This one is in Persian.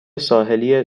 ساحلی